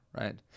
Right